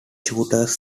shooters